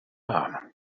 أعلم